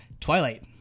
Twilight